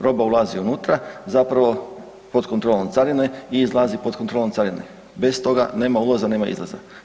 Roba ulazi unutra pod kontrolom carine i izlazi pod kontrolom carine, bez toga nema ulaza, nema izlaza.